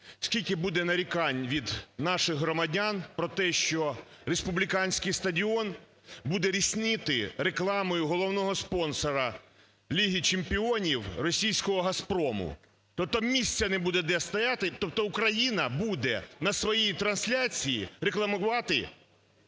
скільки буде нарікань від наших громадян про те, що Республіканський стадіон буде рясніти рекламою головного спонсора Ліги чемпіонів російського "Газпрому". Там місця не буде, де стояти, тобто Україна буде на своїй трансляції рекламувати